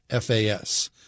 FAS